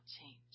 change